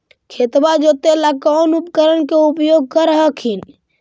खेतबा जोते ला कौन उपकरण के उपयोग कर हखिन?